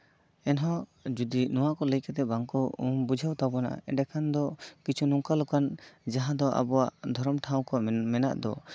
ᱮᱱᱦᱚᱸ ᱡᱩᱫᱤ ᱱᱚᱣᱟ ᱠᱚ ᱞᱟᱹᱭ ᱠᱟᱛᱮᱜ ᱵᱟᱝ ᱠᱚ ᱵᱩᱡᱷᱟᱹᱣ ᱛᱟᱵᱚᱱᱟ ᱮᱱᱰᱮᱠᱷᱟᱱ ᱫᱚ ᱠᱤᱪᱷᱩ ᱱᱚᱝᱠᱟ ᱞᱮᱠᱟᱱ ᱡᱟᱦᱟᱸ ᱫᱚ ᱟᱵᱚᱣᱟᱜ ᱫᱷᱚᱨᱚᱢ ᱴᱷᱟᱶ ᱠᱚ ᱢᱮᱱᱟᱜ ᱫᱚ